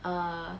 err